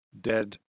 dead